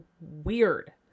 weird